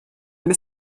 wenn